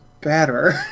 better